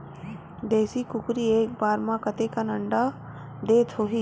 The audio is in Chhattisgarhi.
देशी कुकरी एक बार म कतेकन अंडा देत होही?